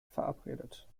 verabredet